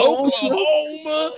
Oklahoma